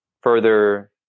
further